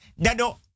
dado